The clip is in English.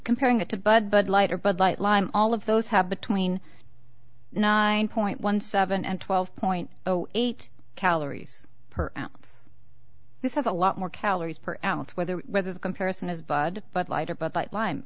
comparing it to bud bud light or bud light lime all of those have between nine point one seven and twelve point zero eight calories per this has a lot more calories per ounce whether whether the comparison is bud but lighter but